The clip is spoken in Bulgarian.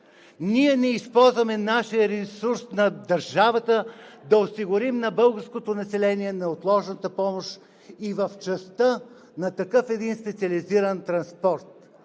Ние не използваме нашия ресурс на държавата да осигурим на българското население неотложната помощ и в частта на един такъв специализиран транспорт.